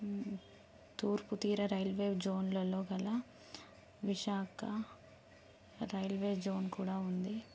తూర్పు తీర రైల్వే ఉద్యోగంలో గల విశాఖ రైల్వే జోన్ కూడా ఉంది